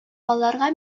аларга